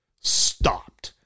stopped